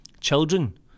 Children